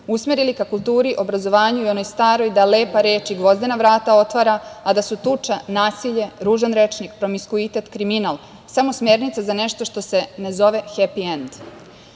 usmerili ka kulturi, obrazovanju i onoj staroj "lepa reč i gvozdena vrata otvara", a da su tuča, nasilje, ružan rečnik, promiskuitet, kriminal samo smernica za nešto što se ne zove "happy